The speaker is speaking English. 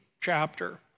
chapter